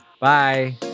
Bye